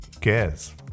cares